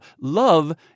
Love